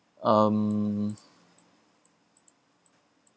um